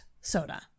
soda